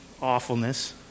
awfulness